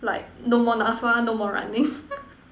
like no more N_A_P_F_A no more running